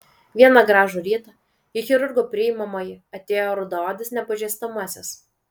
vieną gražų rytą į chirurgo priimamąjį atėjo rudaodis nepažįstamasis